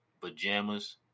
pajamas